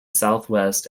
southwest